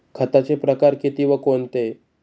खताचे प्रकार किती व कोणते?